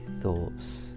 thoughts